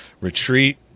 retreat